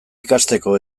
ikasteko